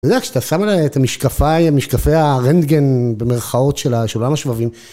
זה רק שאתה שם את המשקפי הרנטגן במרכאות של העולם השבבים.